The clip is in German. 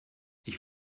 ich